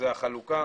זו החלוקה.